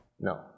No